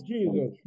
Jesus